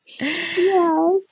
Yes